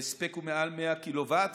ההספק הוא מעל 100 קילו-ואט,